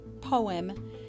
poem